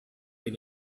made